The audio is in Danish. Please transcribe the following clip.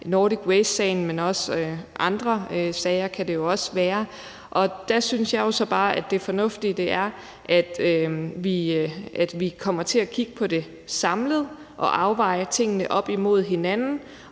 Nordic Waste-sagen, men det kan jo også være andre sager. Der synes jeg jo så bare, at det fornuftige er, at vi kommer til at kigge på det samlet og afveje tingene op imod hinanden,